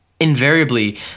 invariably